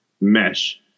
mesh